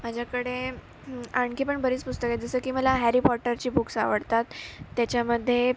माझ्याकडे आणखी पण बरीच पुस्तकं आहेत जसं की मला हॅरी पॉटरची बुक्स आवडतात त्याच्यामध्ये